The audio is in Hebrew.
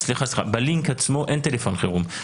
בלינק עצמו אין טלפון חירום.